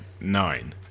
nine